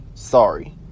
Sorry